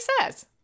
says